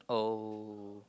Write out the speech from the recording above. oh